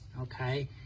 okay